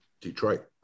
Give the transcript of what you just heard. Detroit